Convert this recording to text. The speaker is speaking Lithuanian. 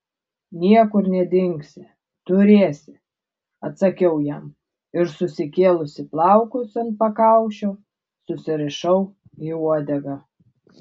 niekur nedingsi turėsi atsakiau jam ir susikėlusi plaukus ant pakaušio susirišau į uodegą